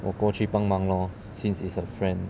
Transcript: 我过去帮忙 lor since is a friend